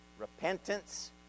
repentance